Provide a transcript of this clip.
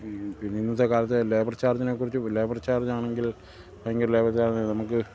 പിന്നെ ഇന്നത്തെ കാലത്ത് ലേബർ ചാർജിനെക്കുറിച്ചു ലേബർ ചാർജാണെങ്കിൽ ഭയങ്കര ലേബർ ചാർജാണ് നമുക്ക്